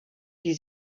die